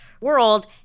world